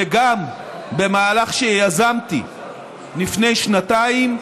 וגם, במהלך שיזמתי לפני שנתיים,